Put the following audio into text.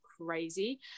crazy